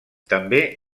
també